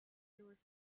cures